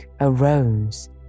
arose